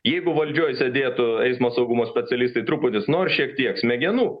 jeigu valdžioj sėdėtų eismo saugumo specialistai truputis nors šiek tiek smegenų